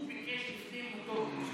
הוא ביקש לפני מותו,